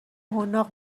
حناق